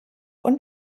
und